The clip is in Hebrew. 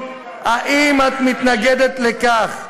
האם את מתנגדת לכך,